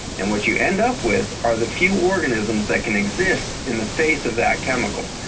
and what you end up with are the few organisms that can exist in the face of that chemical.